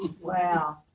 Wow